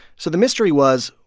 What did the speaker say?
so the mystery was,